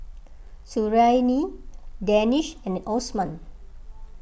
Suriani Danish and Osman